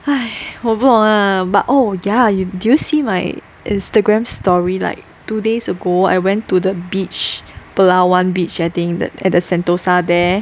!hais! 我不懂 ah but oh ya did you see my Instagram story like two days ago I went to the beach Palawan beach I think that at the Sentosa there